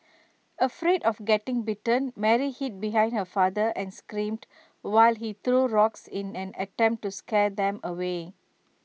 afraid of getting bitten Mary hid behind her father and screamed while he threw rocks in an attempt to scare them away